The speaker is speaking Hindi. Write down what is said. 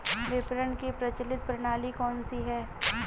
विपणन की प्रचलित प्रणाली कौनसी है?